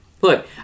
Look